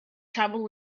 travelled